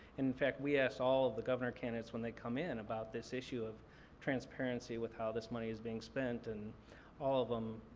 in fact, we asked all of the governor candidates when they come in about this issue of transparency with how this money is being spent and all of them,